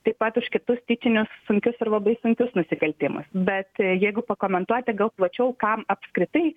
taip pat už kitus tyčinius sunkius ir labai sunkius nusikaltimus bet jeigu pakomentuoti gal plačiau kam apskritai